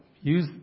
use